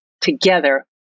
together